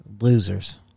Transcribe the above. Losers